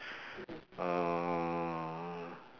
uh